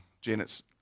Janet's